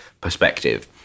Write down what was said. perspective